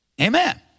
Amen